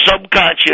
subconscious